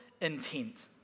intent